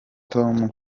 tom